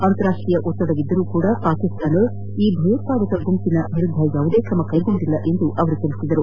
ಅಂತಾರಾಷ್ಷೀಯ ಒತ್ತಡವಿದ್ದರೂ ಸಹ ಪಾಕಿಸ್ತಾನ ಈ ಭಯೋತ್ಪಾದಕ ಗುಂಪುಗಳ ವಿರುದ್ಧ ಯಾವುದೇ ಕ್ರಮ ಕೈಗೊಂಡಿಲ್ಲ ಎಂದಿದ್ದಾರೆ